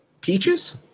Peaches